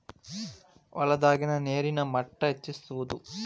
ಹೊಲದಾಗಿನ ನೇರಿನ ಮಟ್ಟಾ ಹೆಚ್ಚಿಸುವದು